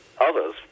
others